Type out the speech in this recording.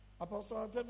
Apostle